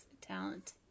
talent